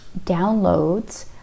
downloads